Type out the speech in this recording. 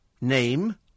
Name